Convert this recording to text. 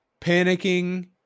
panicking